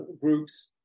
groups